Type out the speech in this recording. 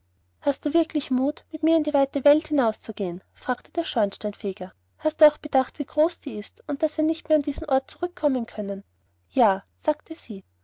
hast du wirklich mut mit mir in die weite welt hinauszugehen fragte der schornsteinfeger hast du auch bedacht wie groß die ist und daß wir nicht mehr an diesen ort zurückkommen können ja sagte sie